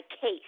case